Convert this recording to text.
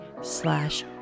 slash